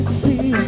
see